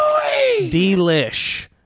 Delish